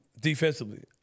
defensively